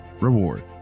reward